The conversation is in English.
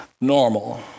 normal